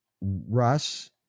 Russ